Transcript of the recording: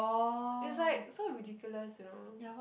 it's like so ridiculous you know